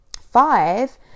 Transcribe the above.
five